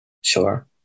Sure